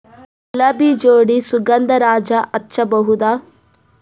ಗುಲಾಬಿ ಜೋಡಿ ಸುಗಂಧರಾಜ ಹಚ್ಬಬಹುದ?